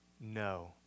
no